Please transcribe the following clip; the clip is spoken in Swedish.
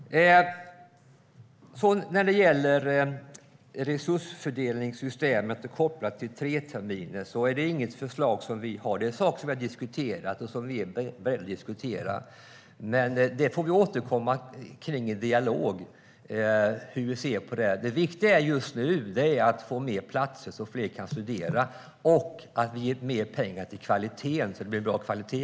Resursfördelningssystemet kopplat till tre terminer är inget förslag som vi har fört fram. Det är en fråga som har diskuterats, men vi får återkomma i en dialog i den frågan. Det viktiga nu är att få fler platser så att fler kan studera och att det blir mer pengar för att få bra kvalitet.